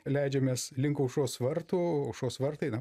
leidžiamės link aušros vartų aušros vartai na